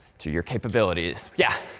to your capabilities? yeah?